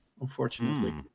unfortunately